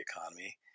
economy